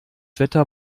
wetter